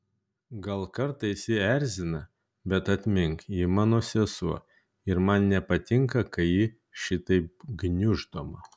gal kartais ji erzina bet atmink ji mano sesuo ir man nepatinka kai ji šitaip gniuždoma